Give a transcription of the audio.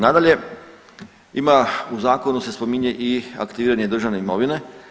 Nadalje, ima, u zakonu se spominje i aktiviranje državne imovine.